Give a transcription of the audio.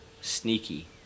sneaky